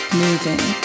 moving